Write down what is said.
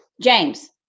James